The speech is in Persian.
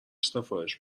سفارش